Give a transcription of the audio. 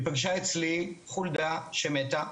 היא פגשה אצלי חולדה שמתה,